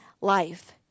life